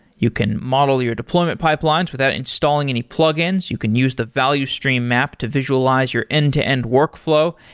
you can model your deployment pipelines without installing any plugins. you can use the value stream map to visualize your end-to-end workflow.